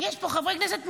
יש פה חברי כנסת מעולים.